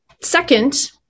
Second